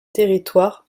territoires